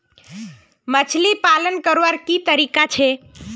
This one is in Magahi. मछली पालन करवार की तरीका छे?